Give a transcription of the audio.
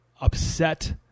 upset